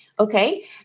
Okay